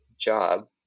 job